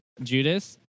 Judas